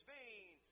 vain